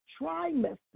trimester